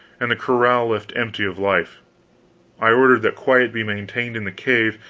and the corral left empty of life i ordered that quiet be maintained in the cave,